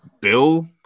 Bill